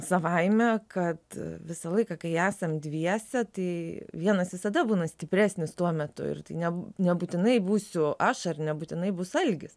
savaime kad visą laiką kai esam dviese tai vienas visada būna stipresnis tuo metu ir tai ne nebūtinai būsiu aš ar nebūtinai bus algis